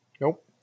Nope